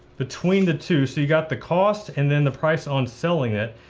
between the two. so you've got the cost and then the price on selling it.